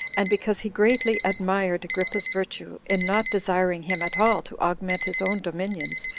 and because he greatly admired agrippa's virtue, in not desiring him at all to augment his own dominions,